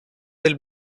del